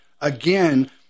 again